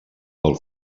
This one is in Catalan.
del